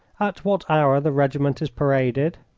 at what hour the regiment is paraded?